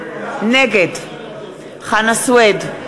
נגד חנא סוייד,